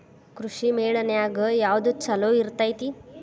ಕೃಷಿಮೇಳ ನ್ಯಾಗ ಯಾವ್ದ ಛಲೋ ಇರ್ತೆತಿ?